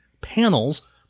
panels